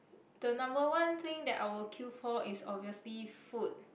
the number one thing that I will queue for is obviously food